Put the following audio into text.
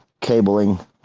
cabling